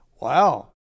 Wow